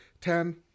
Ten